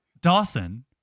Dawson